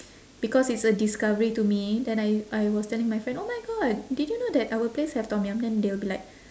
because it's a discovery to me then I I was telling my friend oh my god did you know that our place have tom yum then they will be like